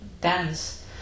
dance